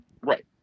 Right